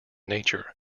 nature